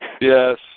Yes